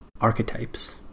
archetypes